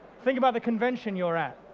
think about the convention you're at.